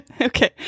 okay